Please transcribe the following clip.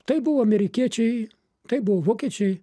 tai buvo amerikiečiai tai buvo vokiečiai